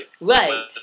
Right